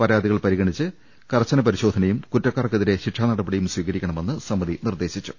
പരാതികൾ പരിഗണിച്ച് കർശന പരിശോധനയും കുറ്റക്കാർക്കെതിരെ ശിക്ഷാനടപടിയും സ്വീകരിക്കണമെന്ന് സമിതി നിർദേശിച്ചു